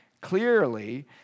clearly